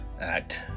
act